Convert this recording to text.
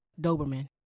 Doberman